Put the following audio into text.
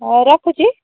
ହେଉ ରଖୁଛି